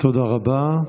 תודה רבה.